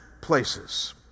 places